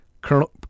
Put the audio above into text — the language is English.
Colonel